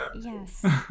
Yes